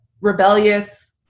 rebellious